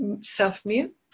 self-mute